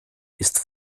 ist